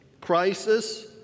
crisis